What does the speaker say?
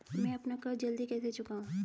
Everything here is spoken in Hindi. मैं अपना कर्ज जल्दी कैसे चुकाऊं?